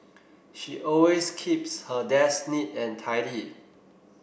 she always keeps her desk neat and tidy